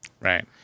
Right